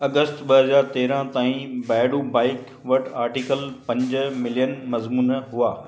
अगस्त ॿ हज़ार तेरहं ताईं बायडू बाइक वटि आर्टिकल पंज मिलियन मज़मून हुआ